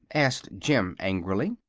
asked jim, angrily.